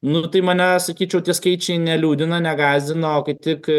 nu tai mane sakyčiau tie skaičiai neliūdina negąsdina o kaip tik